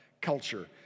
culture